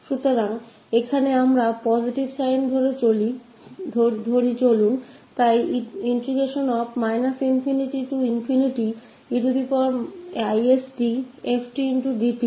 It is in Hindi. तो यहाँ हम प्लस चिह्न के साथ चलते हैं इसलिए eistfdt फूरियर परिणत कहा जाता है